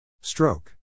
Stroke